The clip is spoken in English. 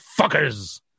fuckers